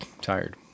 tired